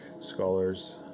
scholars